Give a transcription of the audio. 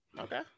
Okay